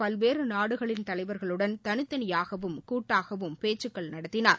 பல்வேறு நாடுகளின் தலைவர்களுடன் தனித்தனியாகவும் கூட்டாகவும் பேச்சுக்கள் நடத்தினார்